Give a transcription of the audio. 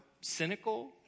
cynical